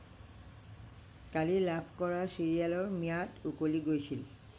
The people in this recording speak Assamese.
কালি লাভ কৰা চিৰিয়েলৰ ম্যাদ উকলি গৈছিল